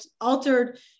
altered